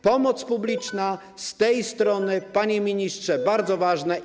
Pomoc publiczna z tej strony, panie ministrze, jest bardzo ważna.